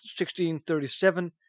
1637